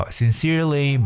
sincerely